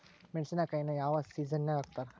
ಮೆಣಸಿನಕಾಯಿನ ಯಾವ ಸೇಸನ್ ನಾಗ್ ಹಾಕ್ತಾರ?